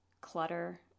clutter